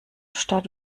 statt